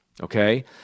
Okay